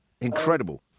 Incredible